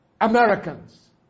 Americans